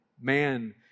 man